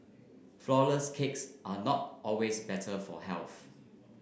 flour less cakes are not always better for health